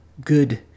good